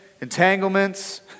entanglements